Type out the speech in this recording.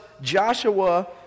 Joshua